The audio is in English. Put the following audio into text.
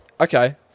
Okay